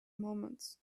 moments